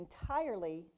entirely